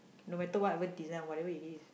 no matter whatever design whatever it is